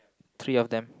three of them